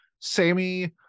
Sammy